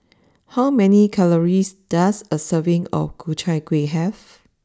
how many calories does a serving of Ku Chai Kuih have